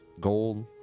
Gold